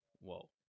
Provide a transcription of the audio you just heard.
Whoa